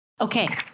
Okay